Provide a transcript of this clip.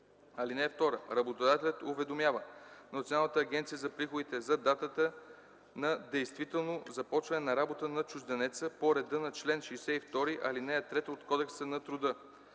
(2) Работодателят уведомява Националната агенция за приходите за датата на действително започване на работа на чужденеца по реда на чл. 62, ал. 3 от Кодекса на труда.”